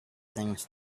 things